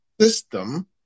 system